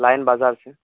line بازار سے